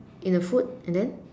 in a food and then